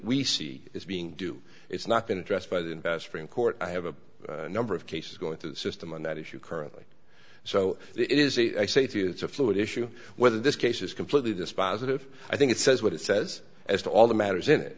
see is being due it's not going to dress by the investment court i have a number of cases going through the system on that issue currently so it is a safety it's a fluid issue whether this case is completely dispositive i think it says what it says as to all the matters in it